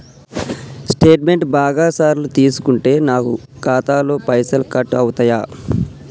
Statement బాగా సార్లు తీసుకుంటే నాకు ఖాతాలో పైసలు కట్ అవుతయా?